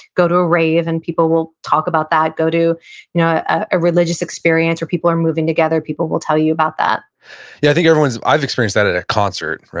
go to a rave and people will talk about that, go to you know a religious experience where people are moving together, people will tell you about that yeah, i think everyone's, i've experienced that at a concert, right?